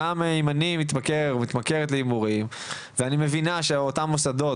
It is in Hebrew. גם אם אני מתמכר או מתמכרת להימורים ואני מבינה שאותם מוסדות,